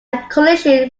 collision